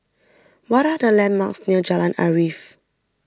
what are the landmarks near Jalan Arif